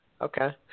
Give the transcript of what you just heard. Okay